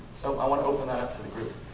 so i want to open that up to the group.